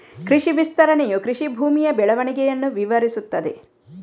ಕೃಷಿ ವಿಸ್ತರಣೆಯು ಕೃಷಿ ಭೂಮಿಯ ಬೆಳವಣಿಗೆಯನ್ನು ವಿವರಿಸುತ್ತದೆ